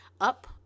up